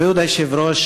כבוד היושב-ראש,